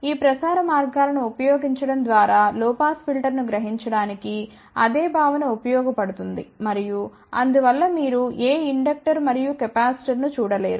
ఈ ప్రసార మార్గాలను ఉపయోగించడం ద్వారా లొ పాస్ ఫిల్టర్ను గ్రహించడానికి అదే భావన ఉపయోగించబడుతుంది మరియు అందువల్ల మీరు ఏ ఇండక్టర్ మరియు కెపాసిటర్ను చూడలేరు